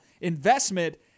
investment